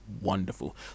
wonderful